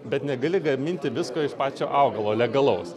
bet negali gaminti visko iš pačio augalo legalaus